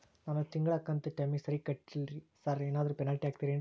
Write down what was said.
ನಾನು ತಿಂಗ್ಳ ಕಂತ್ ಟೈಮಿಗ್ ಸರಿಗೆ ಕಟ್ಟಿಲ್ರಿ ಸಾರ್ ಏನಾದ್ರು ಪೆನಾಲ್ಟಿ ಹಾಕ್ತಿರೆನ್ರಿ?